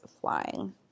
flying